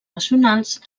nacionals